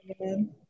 Amen